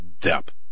depth